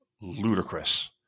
ludicrous